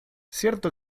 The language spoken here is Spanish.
cierto